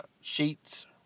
sheets